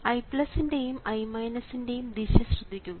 I ൻറെയും I ൻറെയും ദിശ ശ്രദ്ധിക്കുക